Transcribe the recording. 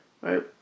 Right